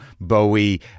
Bowie